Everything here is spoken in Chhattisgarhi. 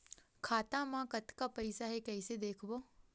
खाता मा कतका पईसा हे कइसे देखबो?